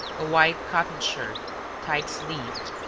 a white cotton shirt tight-sleeved,